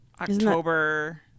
October